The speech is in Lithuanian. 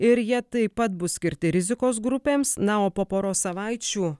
ir jie taip pat bus skirti rizikos grupėms na o po poros savaičių